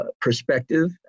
perspective